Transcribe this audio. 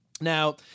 Now